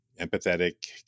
empathetic